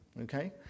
Okay